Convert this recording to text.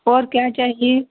और क्या चाहिए